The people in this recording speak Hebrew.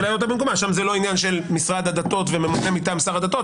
שם זה לא עניין של משרד הדתות וממונה מטעם שר הדתות,